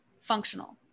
Functional